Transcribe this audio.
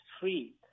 free